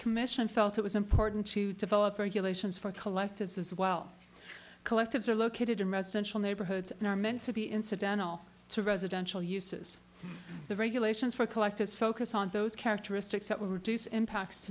commission felt it was important to develop regulations for collectives as well collectives are located in residential neighborhoods and are meant to be incidental to residential uses the regulations for collectives focus on those characteristics that will reduce impacts